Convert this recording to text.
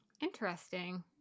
Interesting